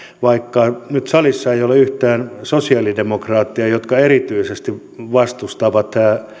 vaikka nyt salissa ei ole yhtään sosialidemokraattia jotka erityisesti vastustavat